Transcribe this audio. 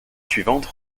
suivantes